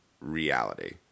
reality